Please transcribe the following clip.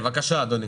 בבקשה, אדוני.